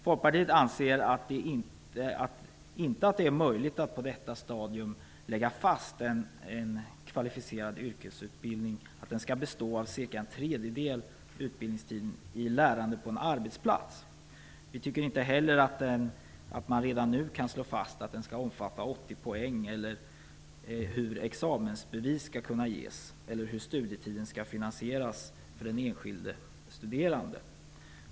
Folkpartiet anser inte att det är möjligt att på detta stadium lägga fast en kvalificerad yrkesutbildning och säga att cirka en tredjedel av utbildningstiden skall bestå av lärande på en arbetsplats. Vi tycker inte heller att man redan nu kan slå fast att utbildningen skall omfatta 80 poäng eller slå fast hur examensbevis skall ges eller hur studierna skall finansieras för den enskilde studerande.